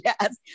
Yes